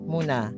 Muna